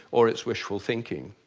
or it's wishful thinking.